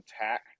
attack